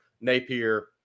napier